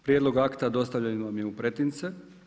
Prijedlog akta dostavljen vam je u pretince.